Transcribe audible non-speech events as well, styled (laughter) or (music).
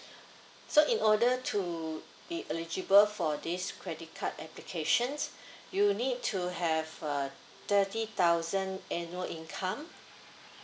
(breath) so in order to be eligible for these credit card applications you need to have a thirty thousand annual income